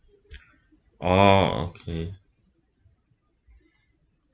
oh okay